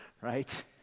Right